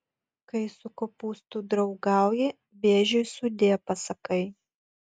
kai su kopūstu draugauji vėžiui sudie pasakai